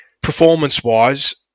Performance-wise